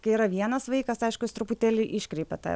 kai yra vienas vaikas aišku jis truputėlį iškreipia tą ir